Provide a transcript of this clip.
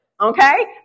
Okay